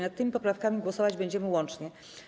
Nad tymi poprawkami głosować będziemy łącznie.